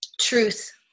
Truth